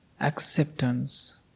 acceptance